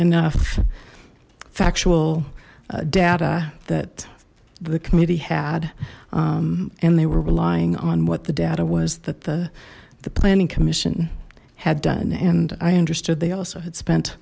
enough factual data that the committee had and they were relying on what the data was that the the planning commission had done and i understood they also had spent